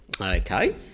okay